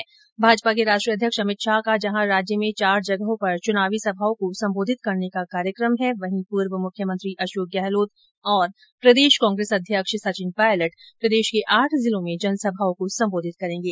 माजपा के राष्ट्रीय अध्यक्ष अमित शाह का जहां राज्य में चार जगहों पर चुनावी सभाओं को संबोधित करने का कार्यक्रम है वहीं पूर्व मुख्यमंत्री अशोक गहलोत और प्रदेश कांग्रेस अध्यक्ष सचिन पायलट प्रदेश के आठ जिलों में जनसभाओं को संबोधित करेंगे